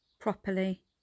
properly